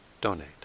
donate